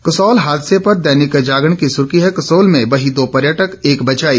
कसोल हादसे पर दैनिक जागरण की सुर्खी है कसोल में बही दो पर्यटक एक बचाई